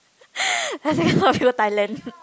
the second one we go Thailand